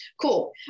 cool